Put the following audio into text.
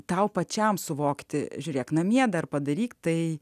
tau pačiam suvokti žiūrėk namie dar padaryk tai